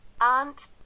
aunt